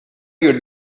you